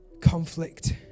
conflict